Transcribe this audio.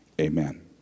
amen